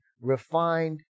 refined